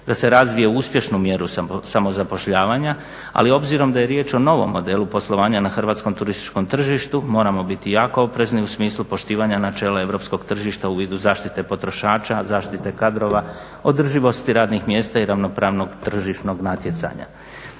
da se u uspješnu mjeru samozapošljavanja ali obzirom da je riječ o novom modelu poslovanja na hrvatskom turističkom tržištu moramo biti jako oprezni u smislu poštivanja načela europskog tržišta u vidu zaštite potrošača, zaštite kadrova, održivosti radnih mjesta i ravnopravnog tržišnog natjecanja.